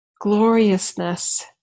gloriousness